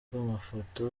bw’amafoto